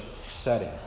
setting